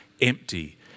empty